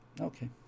okay